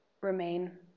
remain